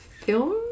film